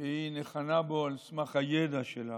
שהיא ניחנה בו על סמך הידע שלה.